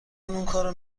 اونکارو